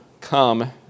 come